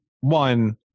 one